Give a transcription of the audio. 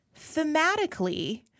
thematically